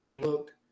looked